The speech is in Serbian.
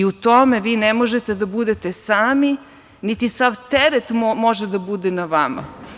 U tome vi ne možete da budete sami, niti sav teret može da bude na vama.